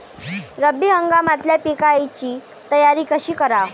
रब्बी हंगामातल्या पिकाइची तयारी कशी कराव?